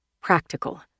practical